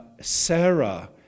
Sarah